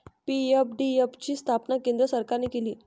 PFDF ची स्थापना केंद्र सरकारने केली